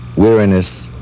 weariness,